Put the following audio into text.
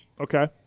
Okay